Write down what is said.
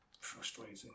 Frustrating